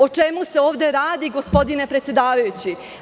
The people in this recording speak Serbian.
O čemu se ovde radi, gospodine predsedavajući?